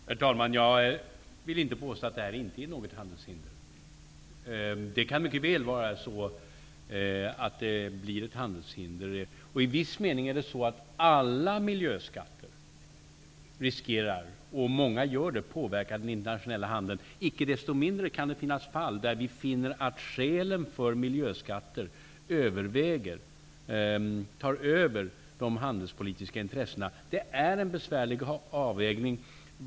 Herr talman! Jag vill inte påstå att det här inte är något handelshinder. Det kan mycket väl vara så att det blir ett handelshinder. I viss mening är det så, att alla miljöskatter riskerar att påverka den internationella handeln, och många gör det. Icke desto mindre kan det finnas fall där vi finner att skälen för miljöskatter tar över de handelspolitiska intressena. Det är en besvärlig avvägning.